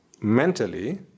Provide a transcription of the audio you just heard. mentally